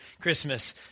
Christmas